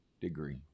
degree